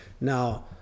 Now